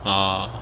orh